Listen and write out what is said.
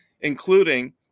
including